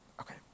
Okay